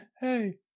Hey